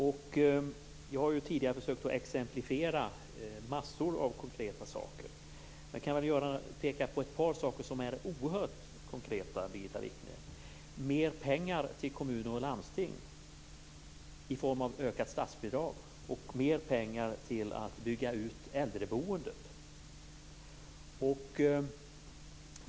Jag har tidigare försökt att exemplifiera massor av konkreta saker. Jag skall nu peka på ett par saker som är oerhört konkreta, Birgitta Wichne. Den första gäller mer pengar till kommuner och landsting i form av ökat statsbidrag och mer pengar för att bygga ut äldreboendet.